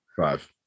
Five